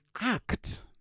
act